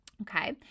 okay